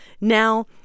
Now